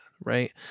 right